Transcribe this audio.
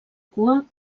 cua